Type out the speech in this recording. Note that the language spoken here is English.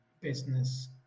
business